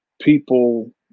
people